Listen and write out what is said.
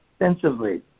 extensively